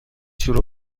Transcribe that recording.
شروع